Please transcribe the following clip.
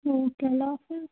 او کے اللہ حافظ